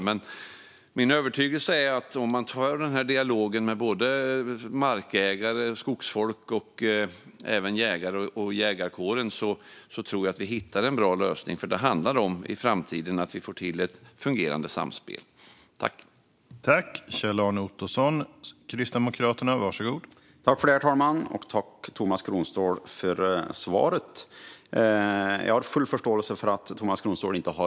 Men min övertygelse är att om vi tar den här dialogen med både markägare och skogsfolk och även jägare och jägarkåren kan vi hitta en bra lösning, för det handlar om att få till ett fungerande samspel i framtiden.